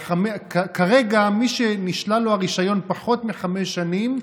שכרגע מי שנשלל לו הרישיון לפחות מחמש שנים,